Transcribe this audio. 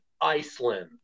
Iceland